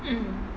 mm